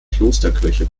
klosterkirche